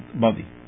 body